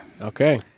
Okay